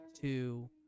two